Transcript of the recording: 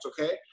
okay